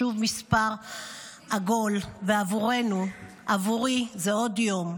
שוב מספר עגול, ועבורנו, עבורי, זה עוד יום.